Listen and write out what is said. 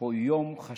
הוא יום חשוב,